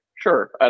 sure